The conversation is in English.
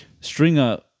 Stringer